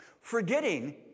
forgetting